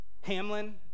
Hamlin